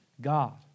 God